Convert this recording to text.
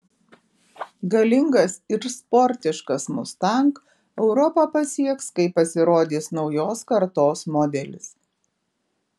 galingas ir sportiškas mustang europą pasieks kai pasirodys naujos kartos modelis